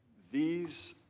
these